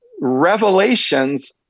revelations